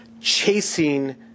chasing